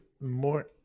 more